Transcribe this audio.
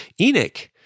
Enoch